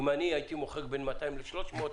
כי אם אני הייתי מוחק בין 200 ל-300 מיליון,